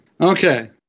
Okay